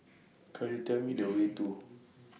Could YOU Tell Me The Way to